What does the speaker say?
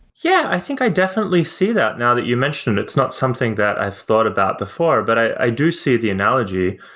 yeah. i think i definitely see that now that you mentioned. it's not something that i've thought about before, but i do see the analogy.